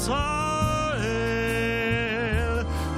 וישלח ברכה והצלחה בכל מעשה ידיהם.